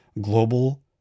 global